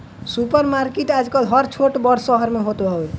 super market आजकल हर छोट बड़ शहर में होत हवे